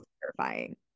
terrifying